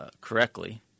correctly